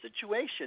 situation